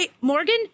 Morgan